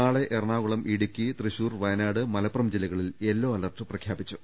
നാളെ എറണാകുളം ഇടുക്കി തൃശൂർ വയ നാട് മലപ്പുറം ജില്ലകളിൽ yellow alert പ്രഖ്യാപിച്ചു